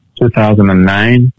2009